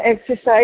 exercise